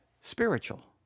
spiritual